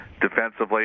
Defensively